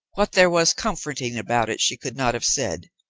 what there was comforting about it she could not have said,